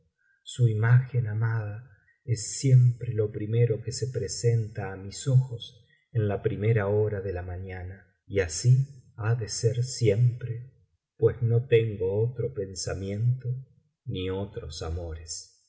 su imagen amada es siempre lo primero que se presenta á mis ojos en la primera hora de la mañana y así ha de ser siempre pues no tengo otro pensamiento ni otros amores